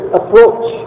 approach